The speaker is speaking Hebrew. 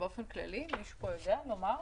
באופן כללי מישהו פה יודע לומר?